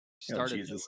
Started